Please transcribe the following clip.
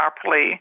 properly